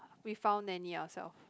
we found nanny ourself